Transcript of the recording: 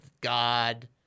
God